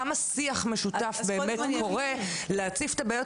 כמה שיח משותף באמת קורה להציף את הבעיות